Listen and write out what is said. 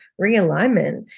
realignment